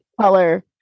color